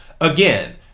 Again